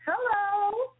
Hello